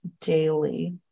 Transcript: daily